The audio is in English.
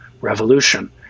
revolution